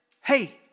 hey